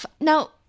Now